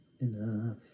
enough